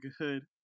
good